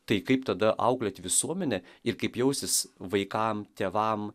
tai kaip tada auklėti visuomenę ir kaip jausis vaikam tėvam